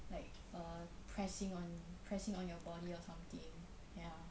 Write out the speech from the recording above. like uh pressing on pressing on your body or something ya